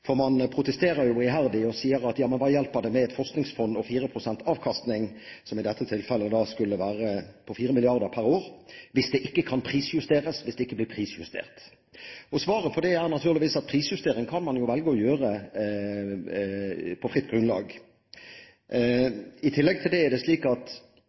for man protesterer jo iherdig og sier: Hva hjelper det med et forskningsfond og 4 pst. avkastning – som i dette tilfellet skulle være på 4 mrd. per år – hvis det ikke kan prisjusteres, hvis det ikke blir prisjustert? Svaret på det er naturligvis at prisjustering kan man velge å gjøre på fritt grunnlag. I tillegg er det slik at handlingsregelens premisser fra vedtaket i 2001 her i Stortinget var at